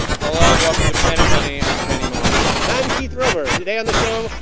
hello, and welcome to planet money. i'm kenny malone and i'm keith romer. today on the show,